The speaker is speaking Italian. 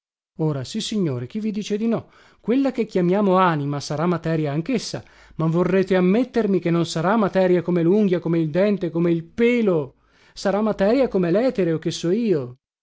oculare ora sissignore chi vi dice di no quella che chiamiamo anima sarà materia anchessa ma vorrete ammettermi che non sarà materia come lunghia come il dente come il pelo sarà materia come letere o che so io